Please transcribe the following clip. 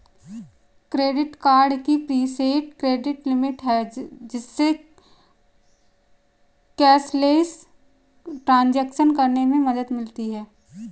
credit card की preset credit limit है, जिससे कैशलेस ट्रांज़ैक्शन करने में मदद मिलती है